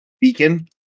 beacon